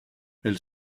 elle